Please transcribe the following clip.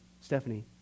Stephanie